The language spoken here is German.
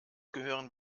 gehören